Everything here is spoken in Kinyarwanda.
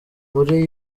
muri